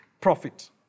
Profit